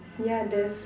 yeah there's